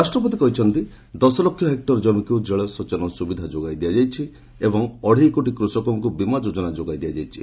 ରାଷ୍ଟ୍ରପତି କହିଛନ୍ତି ଦଶ ଲକ୍ଷ ହେକ୍ଟର ଜମିକୁ ଜଳସେଚନ ସୁବିଧା ଯୋଗାଇ ଦିଆଯାଇଛି ଓ ଅଢେଇକୋଟି କୃଷକଙ୍କୁ ବୀମା ଯୋଜନା ଯୋଗାଇ ଦିଆଯାଇଛି